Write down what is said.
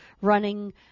running